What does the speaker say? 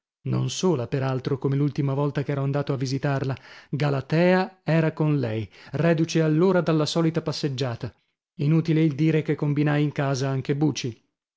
non sola per altro come l'ultima volta ch'ero andato a visitarla galatea era con lei reduce allora dalla solita passeggiata inutile il dire che combinai in casa anche buci